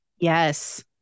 Yes